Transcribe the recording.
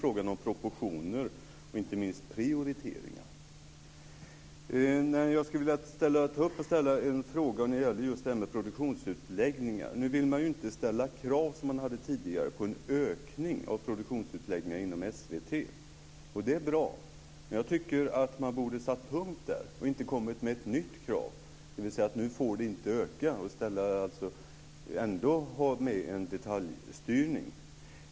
Sedan är det fråga om proportioner och inte minst om prioriteringar. Jag skulle vilja ställa en fråga om produktionsutläggningar. Nu vill man inte ställa krav som man hade tidigare på en ökning av produktionsutläggningar inom SVT. Det är bra, men jag tycker att man borde ha satt punkt där och inte i stället komma med ett nytt krav, dvs. att nu får ni inte öka, och på det sättet ändå ha med en detaljstyrning.